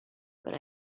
but